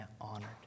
honored